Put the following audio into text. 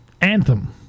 anthem